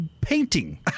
painting